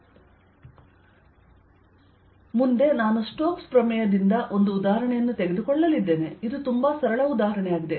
Azds∬ L2L2xydxdy|zL2∬ L2L2xydxdy|z L20 ಮುಂದೆ ನಾನು Stokes ನ ಪ್ರಮೇಯದಿಂದ ಒಂದು ಉದಾಹರಣೆಯನ್ನು ತೆಗೆದುಕೊಳ್ಳಲಿದ್ದೇನೆ ಇದು ತುಂಬಾ ಸರಳ ಉದಾಹರಣೆಯಾಗಿದೆ